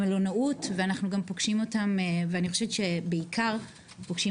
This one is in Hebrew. במלונאות ואני חושבת שבעיקר אנחנו גם פוגשים